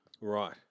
Right